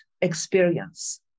experience